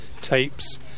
tapes